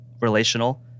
relational